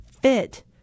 fit